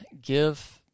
give